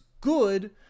good